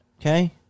Okay